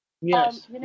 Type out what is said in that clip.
Yes